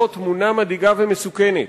היא תמונה מדאיגה ומסוכנת.